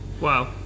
Wow